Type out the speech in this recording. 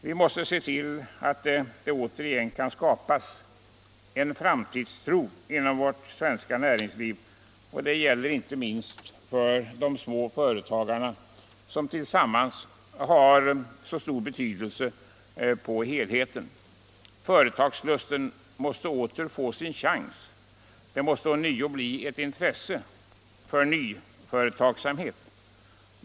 Vi måste se till att det återigen skapas en framtidstro inom vårt svenska näringsliv. Det gäller inte minst för de små företagarna som tillsammans har så stor betydelse för helheten. Företagslusten måste åter få sin chans. Det måste ånyo bli ett intresse för nyföretagsamhet.